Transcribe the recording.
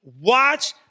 watch